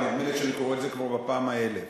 אבל נדמה לי שאני קורא את זה כבר בפעם האלף.